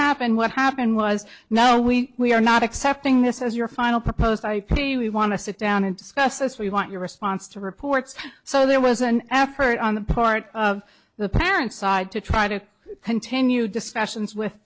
happened what happened was now we are not accepting this is your final proposed i we want to sit down into scott says we want your response to reports so there was an effort on the part of the parents side to try to continue discussions with